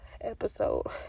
episode